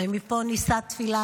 ומפה נישא תפילה,